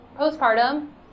Postpartum